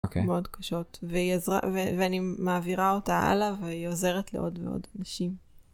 מאוד קשות ואני מעבירה אותה הלאה והיא עוזרת לעוד ועוד אנשים.